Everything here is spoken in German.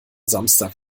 samstag